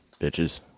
bitches